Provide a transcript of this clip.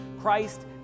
Christ